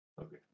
Okay